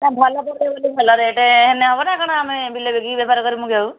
ନା ଭଲ ଦରକାର ମାନେ ଭଲ ରେଟ୍ ହେଲେ ହେବ ନା ଆଉ କ'ଣ ଆମେ ବିଲ ବିକିକି ବେପାର କରିବୁ କି ଆଉ